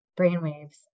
brainwaves